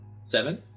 Seven